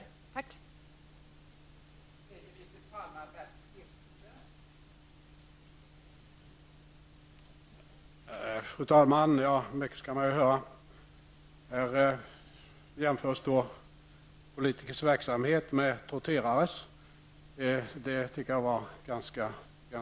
Tack.